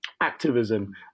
activism